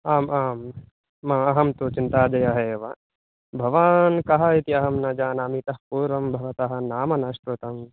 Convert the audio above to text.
आम् आं म् अहं तु चिन्ताजयः एव भवान् कः इति अहं न जानामि इतः पूर्वं भवतः नाम न शृतं